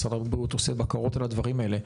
משרד הבריאות עושה בקרות על הדברים האלה.